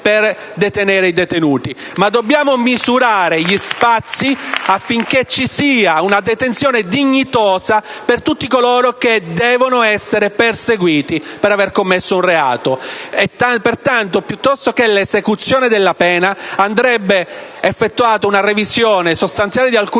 ma dobbiamo misurare gli spazi affinché ci sia una detenzione dignitosa per tutti coloro che devono essere puniti per aver commesso un reato. Pertanto, piuttosto che dell'esecuzione della pena andrebbe effettuata una revisione sostanziale di alcuni reati